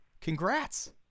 Congrats